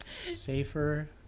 safer